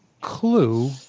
clue